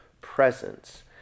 presence